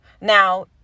Now